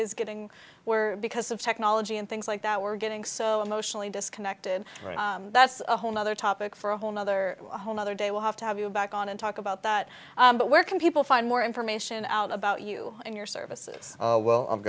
is getting worse because of technology and things like that we're getting so emotionally disconnected right that's a whole nother topic for a whole nother whole other day we'll have to have you back on and talk about that but where can people find more information about you and your services well i've